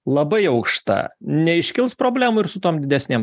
labai aukšta neiškils problemų ir su tom didesnėm